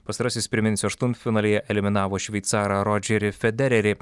pastarasis priminsiu aštuntfinalyje eliminavo šveicarą rodžerį federerį